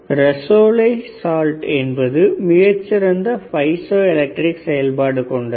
Rochelle crystal என்பது மிகச் சிறந்த பைசோஎலக்ட்ரிக் செயல்பாடு கொண்டது